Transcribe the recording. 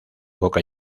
boca